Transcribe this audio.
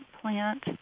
plant